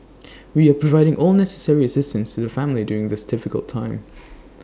we are providing all necessary assistance to the family during this difficult time